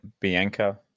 Bianca